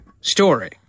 story